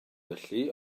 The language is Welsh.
felly